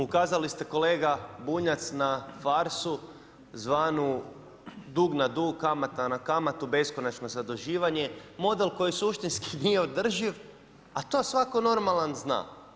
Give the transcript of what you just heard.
Ukazali ste kolega Bunjac na farsu zvanu dug na dug, kamata na kamatu, beskonačno zaduživanje, model koji suštinski nije održiv, a to svako normalno zna.